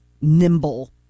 nimble